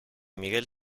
miguel